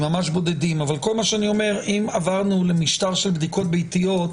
ממש בודדים אבל כל מה שאני אומר הוא שאם עברנו למשטר של בדיקות ביתיות,